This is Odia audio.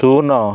ଶୂନ